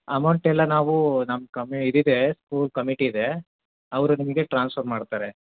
amount ಎಲ್ಲ ನಾವು ನಮ್ಮ ಕಮ್ ಇದಿದೆ ಸ್ಕೂಲ್ ಕಮಿಟಿ ಇದೆ ಅವರು ನಿಮಗೆ ಟ್ರಾನ್ಸ್ಫರ್ ಮಾಡ್ತಾರೆ